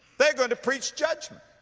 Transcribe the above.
they're going to preach judgment.